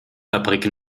fabrik